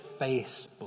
Facebook